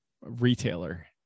retailer